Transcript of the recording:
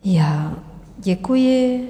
Já děkuji.